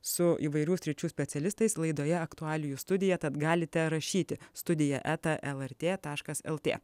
su įvairių sričių specialistais laidoje aktualijų studija tad galite rašyti studija eta lrt taškas lt